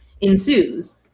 ensues